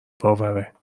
باوره